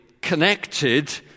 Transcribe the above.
connected